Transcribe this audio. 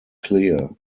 clear